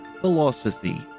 Philosophy